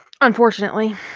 Unfortunately